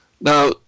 Now